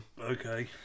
okay